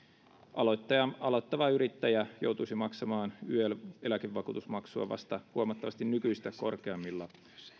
aloittava yrittäjä joutuisi maksamaan yel eläkevakuutusmaksua vasta huomattavasti nykyistä korkeammilla